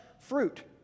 fruit